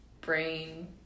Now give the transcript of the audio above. brain